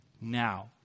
now